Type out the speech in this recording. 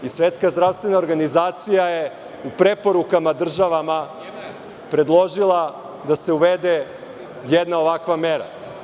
I Svetska zdravstvena organizacija je u preporukama državama predložila da se uvede jedna ovakva mera.